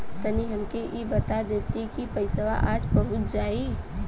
तनि हमके इ बता देती की पइसवा आज पहुँच जाई?